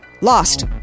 Lost